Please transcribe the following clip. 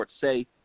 say